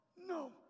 No